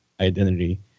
identity